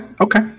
okay